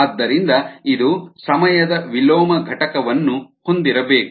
ಆದ್ದರಿಂದ ಇದು ಸಮಯದ ವಿಲೋಮ ಘಟಕವನ್ನು ಹೊಂದಿರಬೇಕು